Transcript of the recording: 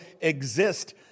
exist